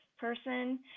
person